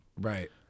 Right